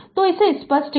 तोइसे स्पष्ट कर दे